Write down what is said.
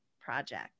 Project